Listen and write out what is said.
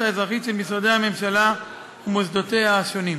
האזרחית של משרדי הממשלה ומוסדותיה השונים.